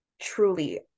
truly